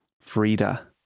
Frida